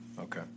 okay